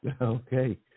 Okay